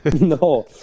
No